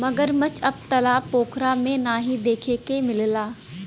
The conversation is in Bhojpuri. मगरमच्छ अब तालाब पोखरा में नाहीं देखे के मिलला